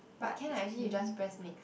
but can I hit you just pressed next